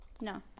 No